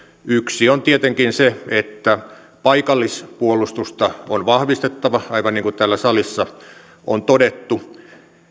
yksi on tietenkin se että paikallispuolustusta on vahvistettava aivan niin kuin täällä salissa on todettu